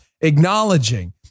acknowledging